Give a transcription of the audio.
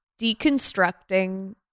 deconstructing